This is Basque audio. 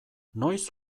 noiz